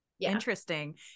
Interesting